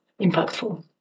impactful